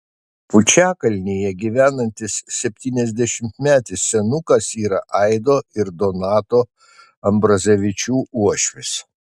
pučiakalnėje gyvenantis septyniasdešimtmetis senukas yra aido ir donato ambrazevičių uošvis